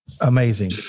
Amazing